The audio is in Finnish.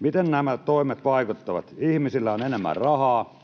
Miten nämä toimet vaikuttavat? Ihmisillä on enemmän rahaa.